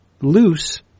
loose